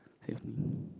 heaven